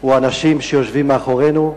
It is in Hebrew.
הוא האנשים שיושבים מאחורינו,